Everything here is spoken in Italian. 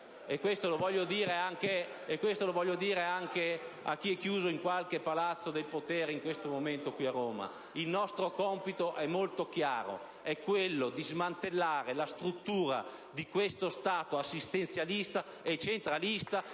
e questo lo voglio dire anche a chi è chiuso in qualche palazzo del potere in questo momento qui a Roma. Il nostro compito è molto chiaro: è quello di smantellare la struttura di questo Stato assistenzialista e centralista